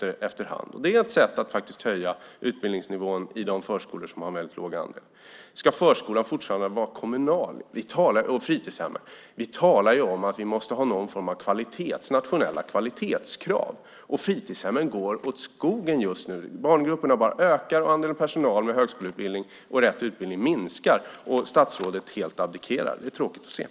Det är ett sätt att höja utbildningsnivån i de förskolor som har låg andel högskoleutbildad personal. Ska förskola och fritidshem fortfarande vara kommunala, frågar statsrådet. Vi talar om att vi måste ha någon form av nationella kvalitetskrav. Fritidshemmen går åt skogen. Barngrupperna ökar och andelen personal med högskoleutbildning och rätt utbildning minskar. Då är det tråkigt att se att statsrådet helt abdikerar.